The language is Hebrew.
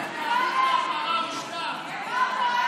לחלופין